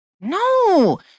No